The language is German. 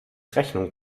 rechnung